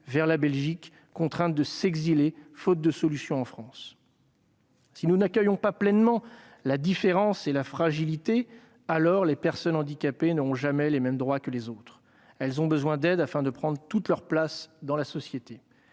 vers la Belgique- elles sont contraintes de s'exiler, faute de solutions dans notre pays. Si nous n'accueillons pas pleinement la différence et la fragilité, alors les personnes handicapées n'auront jamais les mêmes droits que les autres. Elles ont besoin d'aide afin de prendre toute leur place dans la société.